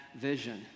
vision